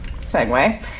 segue